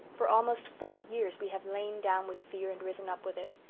for almost four years we have lain down with fear and risen up with it.